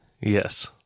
Yes